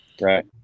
Right